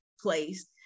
place